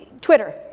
Twitter